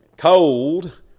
cold